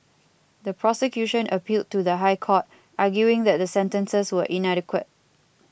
the prosecution appealed to the High Court arguing that the sentences were inadequate